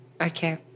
okay